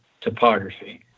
topography